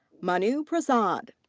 manu prasad.